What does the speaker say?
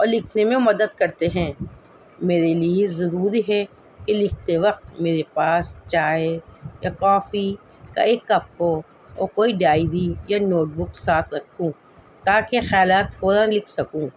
اور لکھنے میں مدد کرتے ہیں میرے لیے ضروری ہے کہ لکھتے وقت میرے پاس چائے یا کافی کا ایک کپ کو اور کوئی ڈائری یا نوٹ بک ساتھ رکھوں تاکہ خیالات فوراً لکھ سکوں